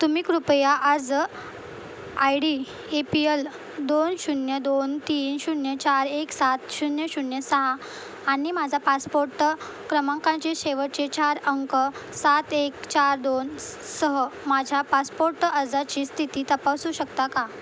तुम्ही कृपया अर्ज I D A P L दोन शून्य दोन तीन शून्य चार एक सात शून्य शून्य सहा आणि माझा पासपोर्ट क्रमांकांचे शेवटचे चार अंक सात एक चार दोन सह माझ्या पासपोट अर्जाची स्थिती तपासू शकता का